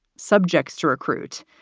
subjects to recruit.